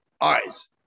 Eyes